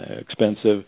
expensive